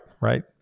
right